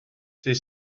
ddydd